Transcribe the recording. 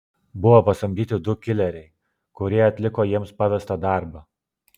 buvo pasamdyti du kileriai kurie atliko jiems pavestą darbą